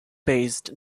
based